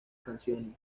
canciones